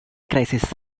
crisis